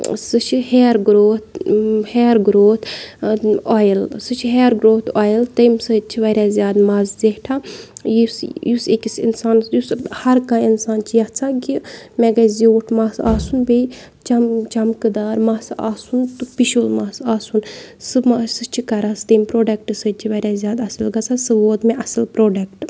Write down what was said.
سُہ چھُ hair growth hair growth اویِل سُہ چھِ ہیر گرٛوتھ اویِل تَمہِ سۭتۍ چھِ وارِیاہ زیادٕ مَس زیٹھان یُس یُس أکِس اِنسانَس یُس ہَر کانٛہہ اِنسان چھُ یَژھان کہِ مےٚ گَژھِ زیوٗٹھ مَس آسُن بیٚیہِ چَم چَمکہٕ دار مَس آسُن تہٕ پِشُل مَس آسُن سُہ مہ سُہ چھِ کَران تَمہِ پرٛوڈَکٹ سۭتۍ چھِ وارِیاہ زیادٕ اَصٕل گژھان سُہ ووت مےٚ اَصٕل پرٛوڈَکٹ